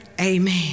Amen